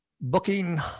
booking